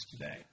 today